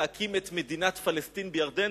להקים את מדינת פלסטין בירדן?